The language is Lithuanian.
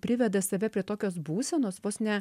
priveda save prie tokios būsenos vos ne